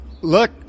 look